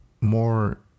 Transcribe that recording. more